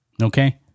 Okay